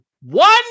one